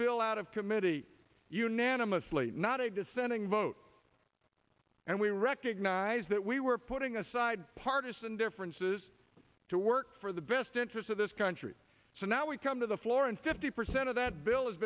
bill out of committee unanimously not a dissenting vote and we recognize that we were putting aside partisan differences to work for the best interest of this country so now we come to the floor and fifty percent of that bil